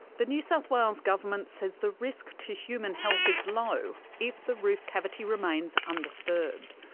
the new south wales government says the risk to human health is low if the roof cavity remains undisturbed.